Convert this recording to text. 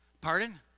Pardon